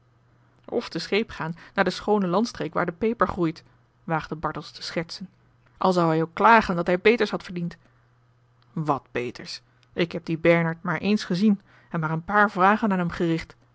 of te scheep gaan naar de schoone landstreek waar de peper groeit waagde bartels te schertsen al zou hij ook klagen dat hij beters had verdiend wat beters ik heb dien bernard maar eens gezien en maar een paar vragen aan hem gericht